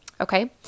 okay